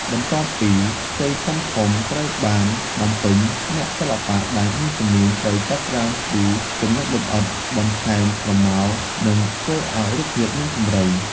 បន្ទាប់ពីផ្ទៃធំៗត្រូវបានបំពេញ អ្នកសិល្បៈដែលមានជំនាញត្រូវចាប់ផ្ដើមគូរចំណុចលម្អិត បន្ថែមស្រមោល និងធ្វើឱ្យរូបភាពមានជម្រៅ។